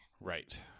Right